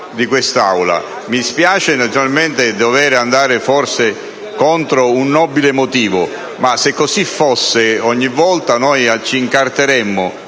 di quest'Aula. Mi spiace, naturalmente, dover andare forse contro un nobile motivo, ma se così fosse ogni volta ci incarteremmo